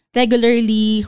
regularly